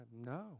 no